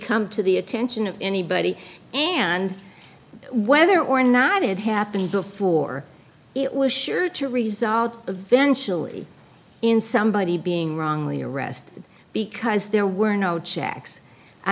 come to the attention of anybody and whether or not it happened before it was sure to resolve the venture only in somebody being wrongly arrest because there were no checks i